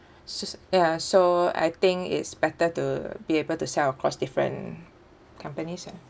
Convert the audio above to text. s~ ya so I think it's better to be able to sell across different companies ah